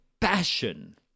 passion